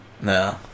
No